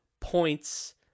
points